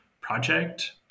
project